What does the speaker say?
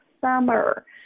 summer